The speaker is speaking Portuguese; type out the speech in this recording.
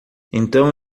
então